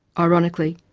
ironically,